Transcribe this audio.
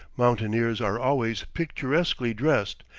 mountaineers are always picturesquely dressed,